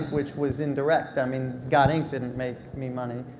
which was indirect. i mean god, inc. didn't make me money.